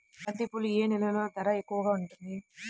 బంతిపూలు ఏ నెలలో ధర ఎక్కువగా ఉంటుంది?